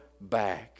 back